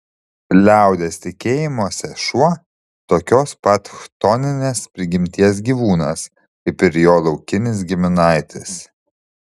liaudies tikėjimuose šuo tokios pat chtoninės prigimties gyvūnas kaip ir jo laukinis giminaitis